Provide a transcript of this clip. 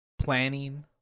planning